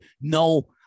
no